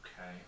Okay